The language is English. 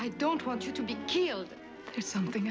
i don't want you to be killed is something